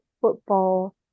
football